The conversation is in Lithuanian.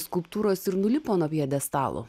skulptūros ir nulipo nuo pjedestalų